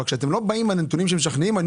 אבל כשאתם לא באים עם נתונים משכנעים אני